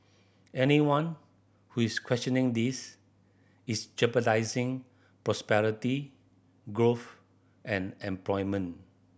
anyone who is questioning this is jeopardising prosperity growth and employment